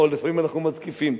או שלפעמים אנחנו מתקיפים.